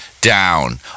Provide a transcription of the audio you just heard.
down